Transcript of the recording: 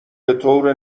بطور